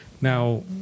Now